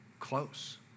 close